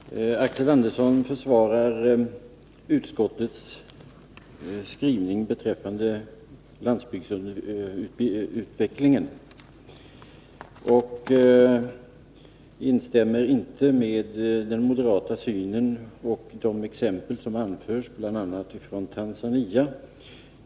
Fru talman! Axel Andersson försvarar utskottets skrivning beträffande landsbygdsutveckling och instämmer inte i den moderata synen och fäster inget avseende vid de exempel som anförs ifrån bl.a. Tanzania.